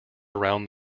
around